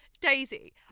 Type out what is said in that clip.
Daisy